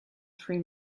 three